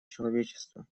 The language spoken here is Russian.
человечества